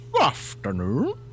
Afternoon